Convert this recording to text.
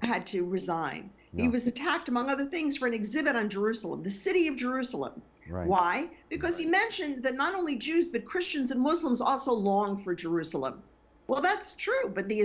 had to resign and he was attacked among other things for an exhibit on jerusalem the city of jerusalem right why because he mentioned that not only jews the christians and muslims also long for jerusalem well that's true but the